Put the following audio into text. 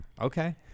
Okay